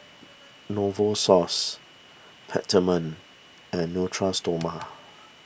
Novosource Peptamen and Stoma